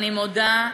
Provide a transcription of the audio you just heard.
אני מודה,